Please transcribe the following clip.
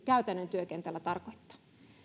käytännön työkentällä tarkoittaa